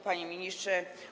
Panie Ministrze!